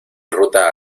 ruta